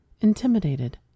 intimidated